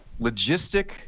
logistic